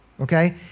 okay